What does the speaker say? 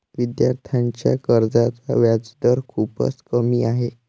विद्यार्थ्यांच्या कर्जाचा व्याजदर खूपच कमी आहे